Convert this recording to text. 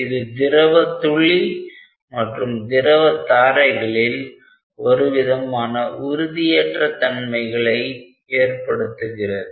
இது திரவத் துளி மற்றும் திரவ தாரைகளில் ஒருவிதமான உறுதியற்ற தன்மைகளை ஏற்படுத்துகிறது